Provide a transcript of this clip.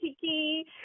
kiki